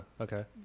okay